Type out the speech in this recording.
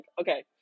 Okay